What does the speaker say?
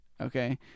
Okay